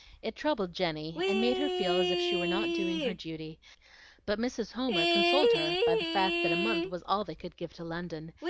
it troubled jenny, and made her feel as if she were not doing her duty but mrs. homer consoled her by the fact that a month was all they could give to london,